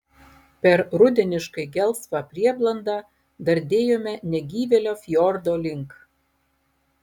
per rudeniškai gelsvą prieblandą dardėjome negyvėlio fjordo link